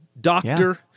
doctor